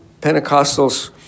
Pentecostals